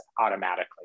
automatically